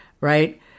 right